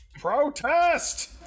Protest